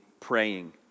praying